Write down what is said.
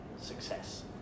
success